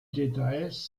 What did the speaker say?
details